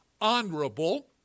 Honorable